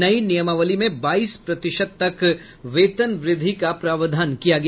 नई नियमावली में बाईस प्रतिशत तक वेतन वृद्धि का प्रावधान किया गया